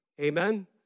Amen